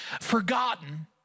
forgotten